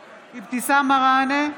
מראענה,